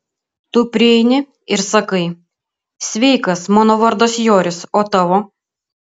tu prieini ir sakai sveikas mano vardas joris o tavo